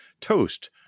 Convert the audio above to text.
Toast